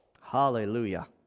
Hallelujah